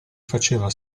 faceva